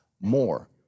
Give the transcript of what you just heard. more